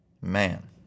man